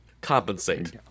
compensate